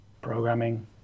Programming